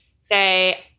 say